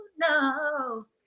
no